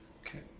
Okay